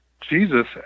Jesus